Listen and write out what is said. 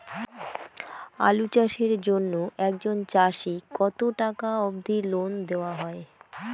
আলু চাষের জন্য একজন চাষীক কতো টাকা অব্দি লোন দেওয়া হয়?